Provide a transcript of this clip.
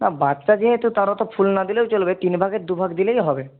আর বাচ্চা যেহেতু তার অতো ফুল না দিলেও চলবে তিনভাগের দু ভাগ দিলেই হবে